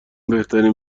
بهترین